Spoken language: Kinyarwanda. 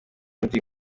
ndi